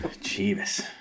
Jesus